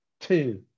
Two